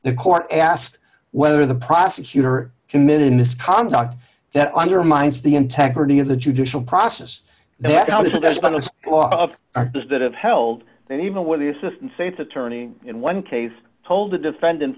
the court asked whether the prosecutor committed this conduct that undermines the integrity of the judicial process now that it has been a lot of artists that have held that even when the assistant state's attorney in one case told the defendant